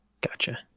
Gotcha